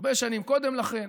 הרבה שנים קודם לכן,